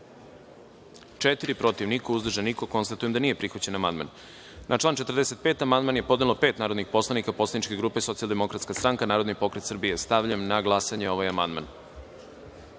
– tri, protiv – niko, uzdržanih – nema. Konstatujem da nije prihvaćen amandman. Na član 87. amandman je podnelo pet narodnih poslanika Poslaničke grupe Socijaldemokratska stranka, Narodni pokret Srbije. Stavljam na glasanje ovaj